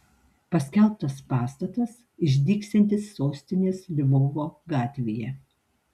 paskelbtas pastatas išdygsiantis sostinės lvovo gatvėje